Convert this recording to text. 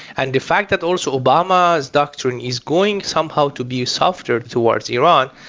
and the fact that also obama's doctrine is going somehow to be softer towards iran,